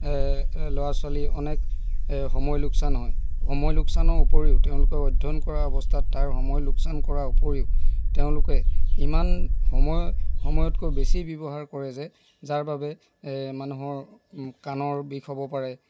ল'ৰা ছোৱালী অনেক সময় লোকচান হয় সময় লোকচানৰ উপৰিও তেওঁলোকে অধ্যয়ন কৰা অৱস্থাত তাৰ সময় লোকচান কৰাৰ উপৰিও তেওঁলোকে ইমান সময় সময়তকৈ বেছি ব্যৱহাৰ কৰে যে যাৰ বাবে এই মানুহৰ কাণৰ বিষ হ'ব পাৰে